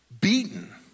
beaten